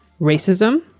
racism